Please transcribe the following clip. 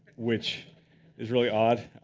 which is really odd.